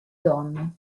donne